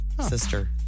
sister